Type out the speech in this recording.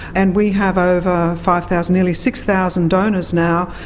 and we have over five thousand, nearly six thousand donors now,